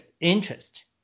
interest